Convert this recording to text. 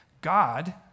God